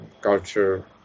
culture